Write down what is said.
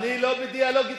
אני לא בדיאלוג אתך.